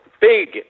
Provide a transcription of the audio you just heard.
big